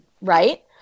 Right